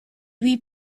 lui